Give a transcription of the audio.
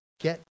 get